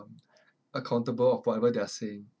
accountable of whatever they are saying